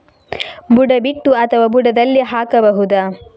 ಬುಡ ಬಿಟ್ಟು ಅಥವಾ ಬುಡದಲ್ಲಿ ಹಾಕಬಹುದಾ?